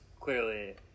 clearly